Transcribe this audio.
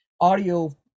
audio